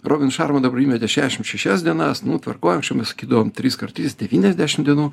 robinas šarma dabar įmetė šešiašim šešias dienas nu tvarkoj anksčiau mes sakydavom triskart trys devyniasdešimt dienų